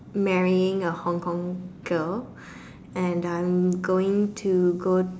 marrying a Hong-Kong girl and I'm going to go